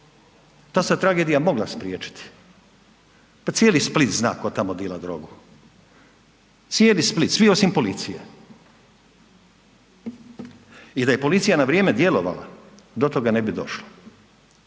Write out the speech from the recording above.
Ta se tragedija mogla spriječiti, pa cijeli Split zna tko tamo dila drogu, cijeli Split, svi osim policije i da je policija na vrijeme djelovala do toga ne bi došlo.